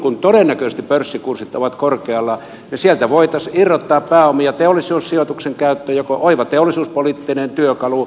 silloin kun pörssikurssit todennäköisesti ovat korkealla sieltä voitaisiin irrottaa pääomia teollisuussijoituksen käyttöön joka on oiva teollisuuspoliittinen työkalu